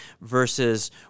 versus